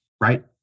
right